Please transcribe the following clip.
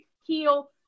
heel